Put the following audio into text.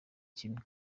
kimwe